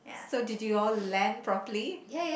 so did you all land properly